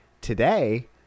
today